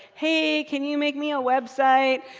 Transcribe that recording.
hey, can you make me a website?